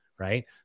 Right